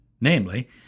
namely